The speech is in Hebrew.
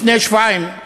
לפני כשבועיים,